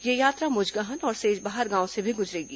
यह यात्रा मुजगहन और सेजबहार गांव से भी गुजरेगी